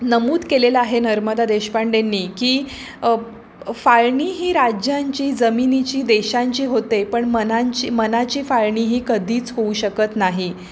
नमूद केलेलं आहे नर्मदा देशपांडेंनी की फाळणी ही राज्यांची जमिनीची देशांची होते पण मनांची मनाची फाळणी ही कधीच होऊ शकत नाही